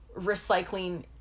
recycling